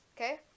okay